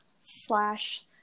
Slash